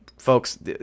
Folks